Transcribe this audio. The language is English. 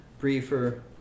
briefer